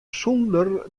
sûnder